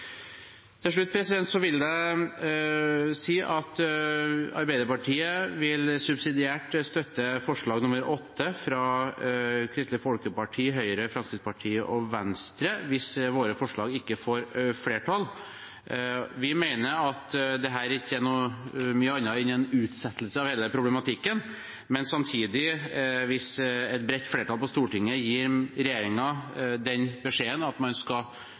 Til slutt vil jeg si at Arbeiderpartiet subsidiært vil støtte forslag nr. 8, fra Kristelig Folkeparti, Høyre, Fremskrittspartiet og Venstre, hvis våre forslag ikke får flertall. Vi mener at dette ikke er stort annet enn en utsettelse av hele problematikken, men samtidig, hvis et bredt flertall på Stortinget gir regjeringen den beskjeden at man skal